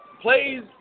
plays